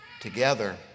together